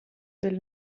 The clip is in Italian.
del